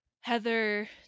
Heather